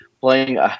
playing